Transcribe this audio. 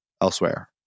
elsewhere